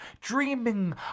dreaming